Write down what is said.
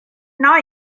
not